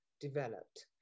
developed